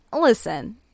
Listen